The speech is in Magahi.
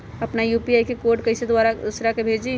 अपना यू.पी.आई के कोड कईसे दूसरा के भेजी?